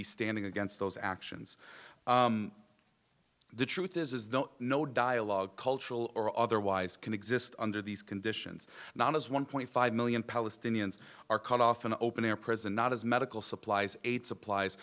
be standing against those actions the truth is though no dialogue cultural or otherwise can exist under these conditions not as one point five million palestinians are cut off an open air prison not as medical supplies aid supplies